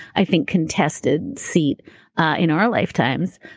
i think contested seat in our lifetimes.